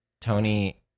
Tony